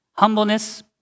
Humbleness